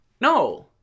No